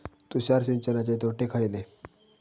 तुषार सिंचनाचे तोटे खयले?